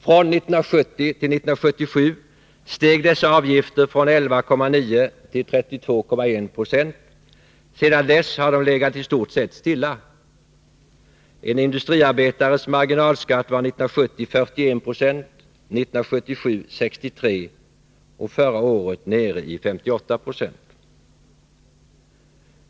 Från 1970 till 1977 steg dessa avgifter från 11,9 till 32,1 Zo — sedan dess har de legat i stort sett stilla. En industriarbetares marginalskatt var 41 90 år 1970, 63 96 år 1977 och förra året 58 20.